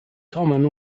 common